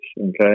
okay